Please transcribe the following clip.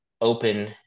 open